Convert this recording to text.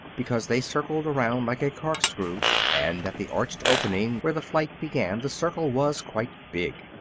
because they circled around like a cork-screw, and at the arched opening where the flight began the circle was quite big.